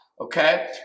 Okay